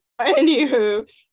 Anywho